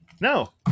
No